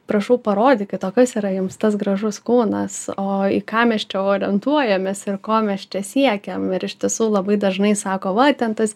prašau parodykit o kas yra jums tas gražus kūnas o į ką mes čia orientuojamės ir ko mes čia siekiam ir iš tiesų labai dažnai sako va ten tas